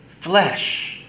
flesh